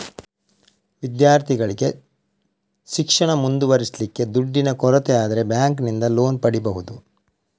ವಿದ್ಯಾರ್ಥಿಗಳಿಗೆ ಶಿಕ್ಷಣ ಮುಂದುವರಿಸ್ಲಿಕ್ಕೆ ದುಡ್ಡಿನ ಕೊರತೆ ಆದ್ರೆ ಬ್ಯಾಂಕಿನಿಂದ ಲೋನ್ ಪಡೀಬಹುದು